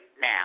now